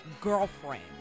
girlfriend